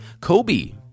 Kobe